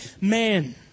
man